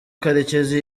karekezi